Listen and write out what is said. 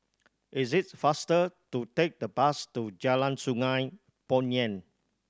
it is faster to take the bus to Jalan Sungei Poyan